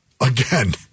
again